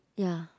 ya